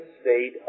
state